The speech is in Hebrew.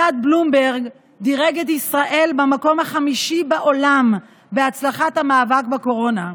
מדד בלומברג דירג את ישראל במקום החמישי בעולם בהצלחת המאבק בקורונה.